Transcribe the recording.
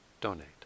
donate